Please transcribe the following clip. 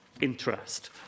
interest